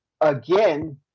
again